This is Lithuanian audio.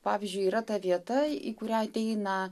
pavyzdžiui yra ta vieta į kurią ateina